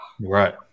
Right